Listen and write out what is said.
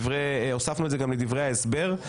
הוספנו את זה גם בדברי ההסבר,